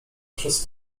przez